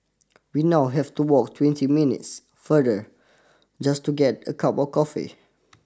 we now have to walk twenty minutes farther just to get a cup of coffee